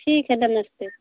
ठीक है नमस्ते